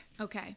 okay